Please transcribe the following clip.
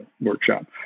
workshop